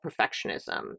perfectionism